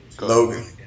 Logan